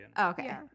Okay